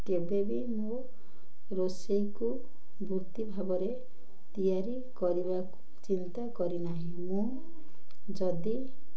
କେବେ ବିି ମୋ ରୋଷେଇକୁ ବୃତ୍ତି ଭାବରେ ତିଆରି କରିବାକୁ ଚିନ୍ତା କରି ନାହିଁ ମୁଁ ଯଦି